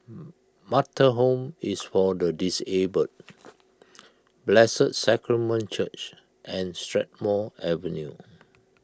Metta Home is for the Disabled Blessed Sacrament Church and Strathmore Avenue